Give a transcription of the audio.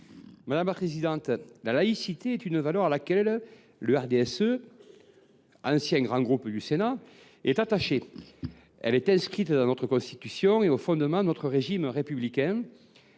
Michel Masset. La laïcité est une valeur à laquelle le RDSE, ancien grand groupe du Sénat, est attaché. Inscrite dans notre Constitution, elle est au fondement de notre régime républicain.